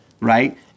Right